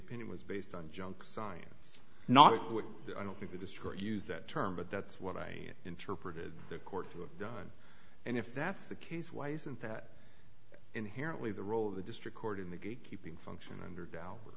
opinion was based on junk science not it would be destroyed use that term but that's what i interpreted the court to have done and if that's the case why isn't that inherently the role of the district court in the gate keeping function under doubt